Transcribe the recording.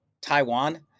Taiwan